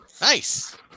Nice